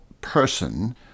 person